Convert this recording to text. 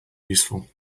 useful